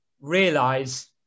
realize